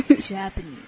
Japanese